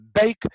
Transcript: bake